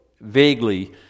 vaguely